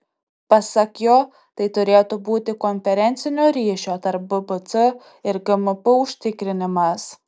pasak jo tai turėtų būti konferencinio ryšio tarp bpc ir gmp užtikrinimas